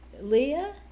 Leah